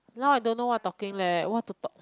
now I don't know what talking leh what to talk